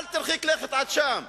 אל תרחיק לכת עד שם.